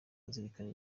azirikana